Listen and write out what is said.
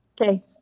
Okay